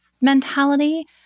mentality